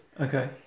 Okay